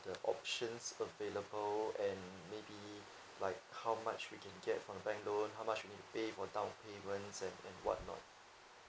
the options available and maybe like how much we can get from the bank loan how much we need to pay for the down payments and and what not